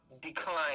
decline